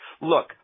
Look